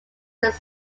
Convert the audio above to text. group